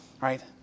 right